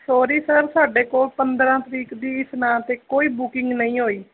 sorry sir ਸਾਡੇ ਕੋਲ ਪੰਦਰਾਂ ਤਰੀਕ ਦੀ ਇਸ ਨਾਂ 'ਤੇ ਕੋਈ ਬੁਕਿੰਗ ਨਹੀਂ ਹੋਈ